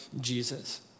Jesus